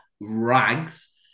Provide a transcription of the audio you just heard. rags